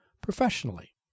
professionally